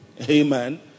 Amen